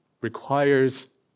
requires